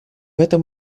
этом